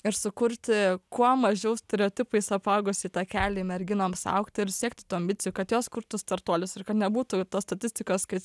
ir sukurti kuo mažiau stereotipais apaugusį takelį merginoms augti ir sekti tų ambicijų kad jos kurtų startuolius ir kad nebūtų tos statistikos kad